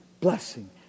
Blessing